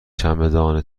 چمدان